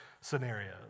scenarios